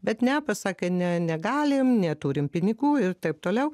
bet ne pasakė ne negalim neturim pinigų ir taip toliau